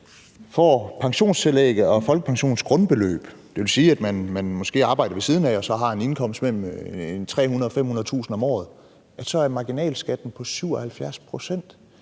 får pensionstillægget og folkepensionens grundbeløb, det vil sige, at man måske arbejder ved siden af og har en indkomst på mellem 300.000 og 500.000 kr. om året, er marginalskatten på 77 pct.